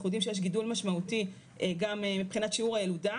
יודעים שיש גידול משמעותי גם מבחינת שיעור הילודה,